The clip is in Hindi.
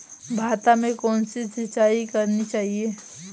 भाता में कौन सी सिंचाई करनी चाहिये?